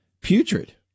putrid